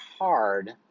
hard